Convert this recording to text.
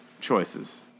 choices